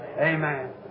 Amen